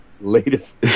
latest